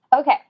Okay